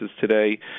today